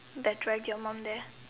that drag your mom there